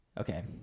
okay